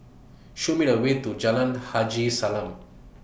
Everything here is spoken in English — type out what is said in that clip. Show Me The Way to Jalan Haji Salam